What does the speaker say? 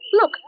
look